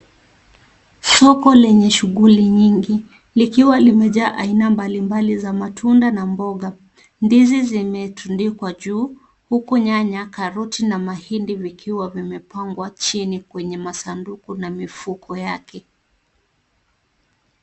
Soko lenye shughuli nyingi, likiwa limejaa aina mbalimbali za matunda, na mboga. Ndizi zimetundikwa juu, huku nyanya, karoti, na mahindi vikiwa vimepangwa chini kwenye masunduku na mifuko yake.